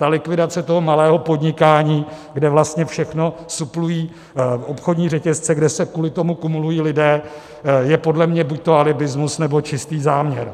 Ta likvidace toho malého podnikání, kde vlastně všechno suplují obchodní řetězce, kde se kvůli tomu kumulují lidé, je podle mě buďto alibismus, nebo čistý záměr.